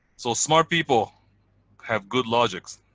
so smart people have good logics.